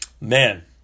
man